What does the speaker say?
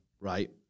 right